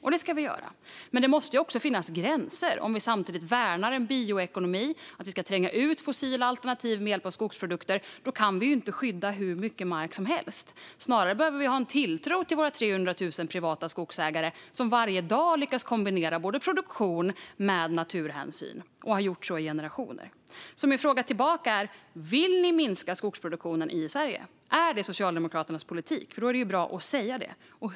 Vi ska skydda natur, men det måste också finnas gränser om vi samtidigt värnar en bioekonomi. Om vi ska tränga ut fossila alternativ med hjälp av skogsprodukter kan vi inte skydda hur mycket mark som helst; snarare behöver vi ha en tilltro till våra 300 000 privata skogsägare, som varje dag lyckas kombinera produktion med naturhänsyn - och har gjort så i generationer. Min fråga tillbaka är därför: Vill ni minska skogsproduktionen i Sverige, Marlene Burwick? Är det Socialdemokraternas politik? Då är det nämligen bra att säga det.